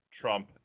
Trump